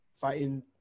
fighting